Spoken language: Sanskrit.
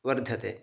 वर्धते